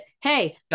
hey